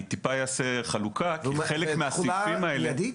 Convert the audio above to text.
אני טיפה אעשה חלוקה כי חלק מהסעיפים האלה --- זה מידי?